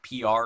PR